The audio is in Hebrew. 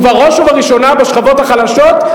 ובראש ובראשונה בשכבות החלשות.